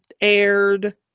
aired